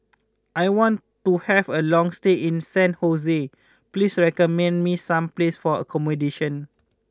I want to have a long stay in San Jose please recommend me some places for accommodation